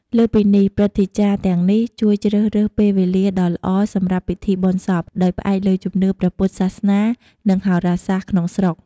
លើសពីនេះ ព្រឹទ្ធាចារ្យទាំងនេះជួយជ្រើសរើសពេលវេលាដ៏ល្អសម្រាប់ពិធីបុណ្យសព ដោយផ្អែកលើជំនឿព្រះពុទ្ធសាសនា និងហោរាសាស្រ្តក្នុងស្រុក។